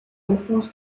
alphonse